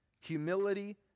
humility